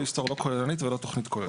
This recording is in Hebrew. אז שזה לא יסתור לא כוללנית ולא תוכנית כוללת.